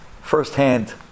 firsthand